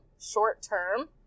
short-term